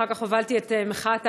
ואחר כך הובלתי את מחאת העגלות,